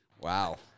Wow